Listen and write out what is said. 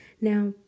Now